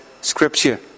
scripture